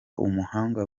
umuhanga